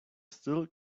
still